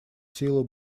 силу